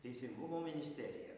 teisingumo ministerija